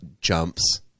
Jumps